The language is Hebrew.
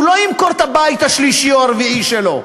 הוא לא ימכור את הבית השלישי או הרביעי שלו,